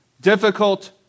difficult